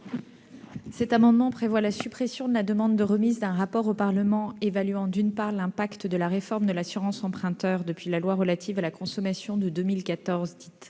Cet amendement tend à supprimer la demande de remise d'un rapport au Parlement évaluant, d'autre part, l'impact de la réforme de l'assurance emprunteur depuis la loi de 2014 relative à la consommation, dite